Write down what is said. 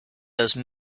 those